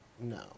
No